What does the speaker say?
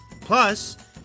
Plus